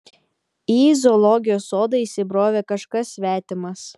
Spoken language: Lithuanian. į zoologijos sodą įsibrovė kažkas svetimas